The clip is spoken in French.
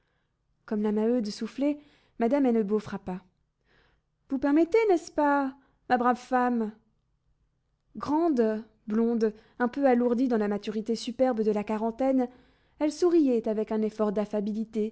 comme la maheude soufflait madame hennebeau frappa vous permettez n'est-ce pas ma brave femme grande blonde un peu alourdie dans la maturité superbe de la quarantaine elle souriait avec un effort